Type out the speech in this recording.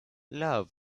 love